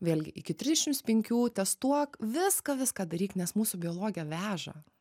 vėlgi iki trisdešims penkių testuok viską viską daryk nes mūsų biologiją veža